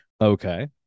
Okay